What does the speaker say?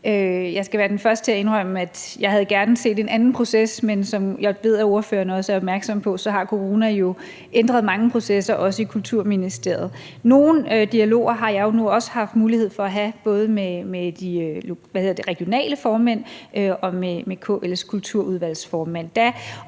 Jeg skal være den første til at indrømme, at jeg gerne havde set en anden proces, men som jeg ved at spørgeren også er opmærksom på, har corona jo også ændret mange processer i Kulturministeriet. Jeg har nu haft mulighed for at have nogle dialoger, både med de regionale formænd og med KL's kulturudvalgsformand,